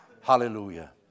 Hallelujah